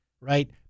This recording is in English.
right